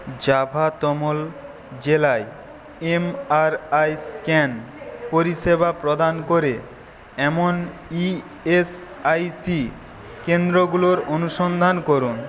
যাভাতমল জেলায় M R I scan পরিষেবা প্রদান করে এমন ই এস আই সি কেন্দ্রগুলোর অনুসন্ধান করুন